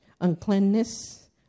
uncleanness